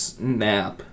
nap